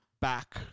back